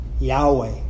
Yahweh